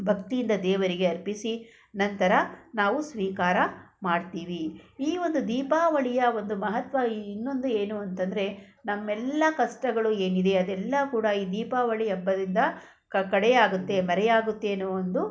ಭಕ್ತಿಯಿಂದ ದೇವರಿಗೆ ಅರ್ಪಿಸಿ ನಂತರ ನಾವು ಸ್ವೀಕಾರ ಮಾಡ್ತೀವಿ ಈ ಒಂದು ದೀಪಾವಳಿಯ ಒಂದು ಮಹತ್ವ ಇನ್ನೊಂದು ಏನು ಅಂತಂದರೆ ನಮ್ಮೆಲ್ಲ ಕಷ್ಟಗಳು ಏನಿದೆ ಅದೆಲ್ಲ ಕೂಡ ಈ ದೀಪಾವಳಿ ಹಬ್ಬದಿಂದ ಕಡೆಯಾಗುತ್ತೆ ಮರೆಯಾಗುತ್ತೆ ಅನ್ನೋ ಒಂದು